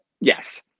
Yes